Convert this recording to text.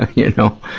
you know.